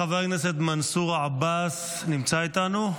חבר הכנסת מנסור עבאס, נמצא איתנו?